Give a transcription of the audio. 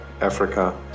Africa